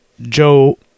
Joe